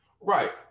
Right